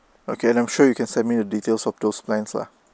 okay and I'm sure you can submit the details of those plans lah